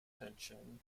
tension